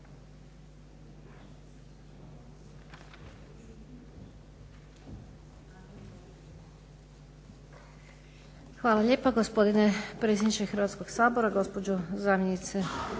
Hvala lijepa gospodine predsjedniče Hrvatskog sabora, gospođo zamjenice